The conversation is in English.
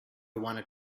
wanted